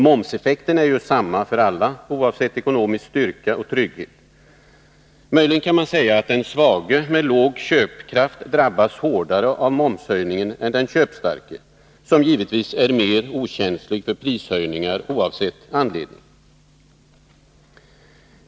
Momseffekten är ju densamma för alla oavsett ekonomisk styrka och trygghet. Möjligen kan man säga att den svage med låg köpkraft drabbas hårdare av momshöjningen än den köpstarke, som givetvis är mer okänslig för prishöjningar oavsett anledning.